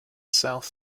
south